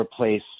replace